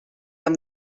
amb